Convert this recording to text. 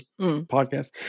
podcast